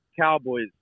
Cowboys